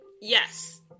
Yes